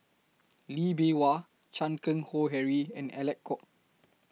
Lee Bee Wah Chan Keng Howe Harry and Alec Kuok